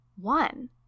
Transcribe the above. one